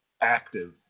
active